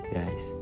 Guys